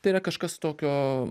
tai yra kažkas tokio